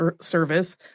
Service